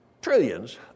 Trillions